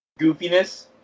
goofiness